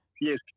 Yes